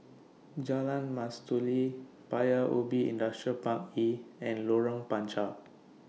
Jalan Mastuli Paya Ubi Industrial Park E and Lorong Panchar